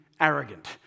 arrogant